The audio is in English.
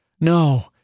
No